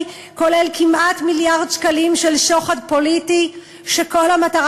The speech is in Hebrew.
כולל כמעט מיליארד שקלים של שוחד פוליטי שכל המטרה